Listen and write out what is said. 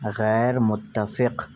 غیر متفق